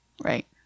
Right